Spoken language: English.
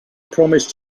promised